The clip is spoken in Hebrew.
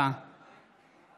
בהצבעה